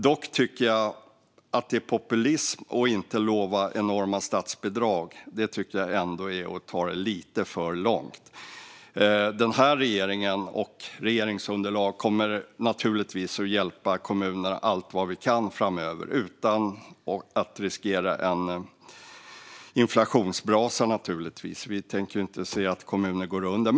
Att det skulle vara populism att inte lova enorma statsbidrag tycker jag dock är att ta det lite för långt. Den här regeringen - och det här regeringsunderlaget - kommer naturligtvis att hjälpa kommunerna så mycket som möjligt framöver utan att riskera en inflationsbrasa. Vi vill ju inte se att kommuner går under.